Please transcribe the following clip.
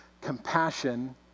Compassion